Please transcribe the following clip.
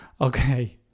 Okay